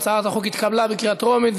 הצעת החוק התקבלה בקריאה טרומית,